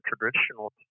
traditional